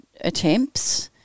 attempts